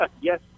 Yes